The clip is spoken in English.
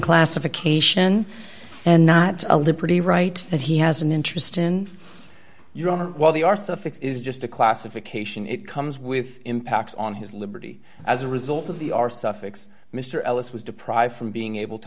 classification and not a liberty right that he has an interest in your honor while the are suffix is just a classification it comes with impacts on his liberty as a result of the our suffix mr ellis was deprived from being able to